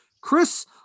Chris